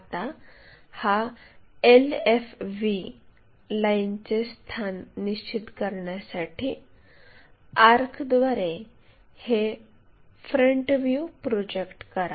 आता या एलएफव्ही लाइनचे स्थान निश्चित करण्यासाठी आर्कद्वारे हे फ्रंट व्ह्यू प्रोजेक्ट करा